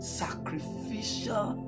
sacrificial